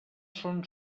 són